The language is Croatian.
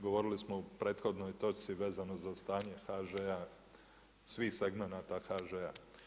Govorili smo o prethodnoj točci vezano za stanje HŽ-a, svih segmenata HŽ-a.